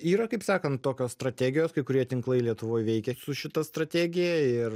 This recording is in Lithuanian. yra kaip sakan tokios strategijos kai kurie tinklai lietuvoj veikia su šita strategija ir